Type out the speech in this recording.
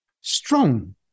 Strong